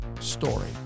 story